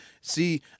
See